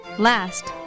Last